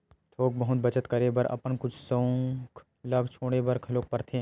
थोक बहुत बचत करे बर अपन कुछ सउख ल छोड़े बर घलोक परथे